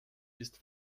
ist